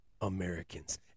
Americans